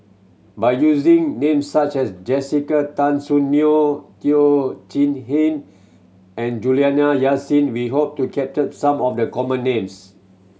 by using names such as Jessica Tan Soon Neo Teo Chee Hean and Juliana Yasin we hope to capture some of the common names